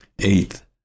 Eighth